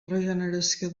regeneració